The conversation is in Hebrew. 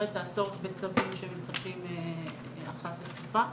את הצורך בצווים שמתחדשים אחת לתקופה.